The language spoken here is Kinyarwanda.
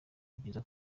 byiza